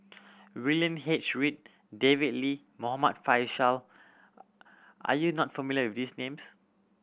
William H Read David Lee Muhammad Faishal are you not familiar with these names